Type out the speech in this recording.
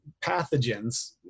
pathogens